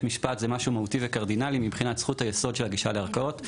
המשפט זה משהו מהותי וקרדינלי מבחינת זכות היסוד של הגישה לערכאות.